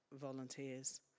volunteers